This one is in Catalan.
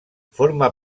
forma